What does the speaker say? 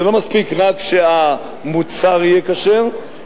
זה לא מספיק שהמוצר יהיה כשר,